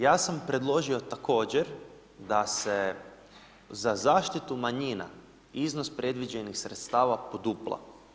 Ja sam predložio također da se za zaštitu manjina, iznos predviđenih sredstava podupla.